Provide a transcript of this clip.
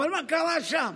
אבל מה קרה שם?